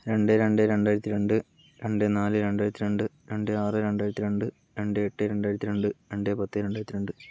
രണ്ട് രണ്ട് രണ്ടായിരത്തി രണ്ട് രണ്ട് നാല് രണ്ടായിരത്തി രണ്ട് രണ്ട് ആറ് രണ്ടായിരത്തി രണ്ട് രണ്ട് എട്ട് രണ്ടായിരത്തി രണ്ട് രണ്ട് പത്ത് രണ്ടായിരത്തി രണ്ട്